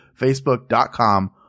Facebook.com